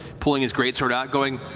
pulling his greatsword out going,